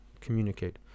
communicate